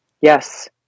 Yes